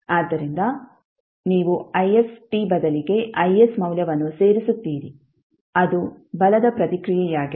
ಆದ್ದರಿಂದ ನೀವು if ಬದಲಿಗೆ Is ಮೌಲ್ಯವನ್ನು ಸೇರಿಸುತ್ತೀರಿ ಅದು ಬಲದ ಪ್ರತಿಕ್ರಿಯೆಯಾಗಿದೆ